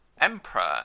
Emperor